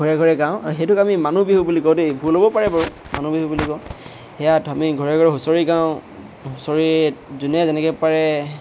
ঘৰে ঘৰে গাওঁ সেইটোক আমি মানুহ বিহু বুলি কও দেই ভুল হ'ব পাৰে বাৰু মানুহ বিহু বুলি কওঁ সিয়াত আমি ঘৰে ঘৰে হুঁচৰি গাওঁ হুঁচৰি যোনে যেনেকৈ পাৰে